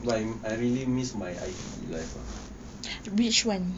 like I really miss my I_T_E life ah